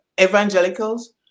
evangelicals